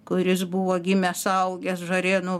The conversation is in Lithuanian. kuris buvo gimęs augęs žarėnų